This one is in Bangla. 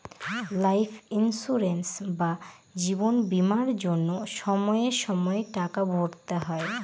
লাইফ ইন্সুরেন্স বা জীবন বীমার জন্য সময়ে সময়ে টাকা ভরতে হয়